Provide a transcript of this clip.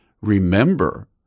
remember